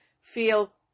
feel